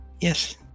Yes